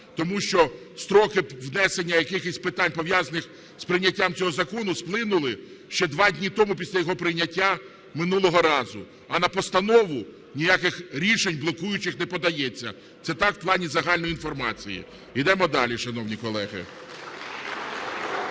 Тому що строки внесення якихось питань, пов'язаних із прийняттям цього закону, сплинули ще два дні тому після його прийняття минулого разу. А на постанову ніяких рішень блокуючих не подається. Це так, в плані загальної інформації. Йдемо далі, шановні колеги.